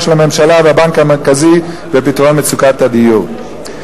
של הממשלה והבנק המרכזי לפתור את מצוקת הדיור.